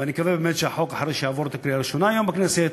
ואני מקווה באמת שאחרי שהחוק יעבור את הקריאה הראשונה היום בכנסת,